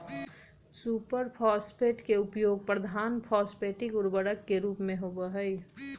super phosphate के उपयोग प्रधान फॉस्फेटिक उर्वरक के रूप में होबा हई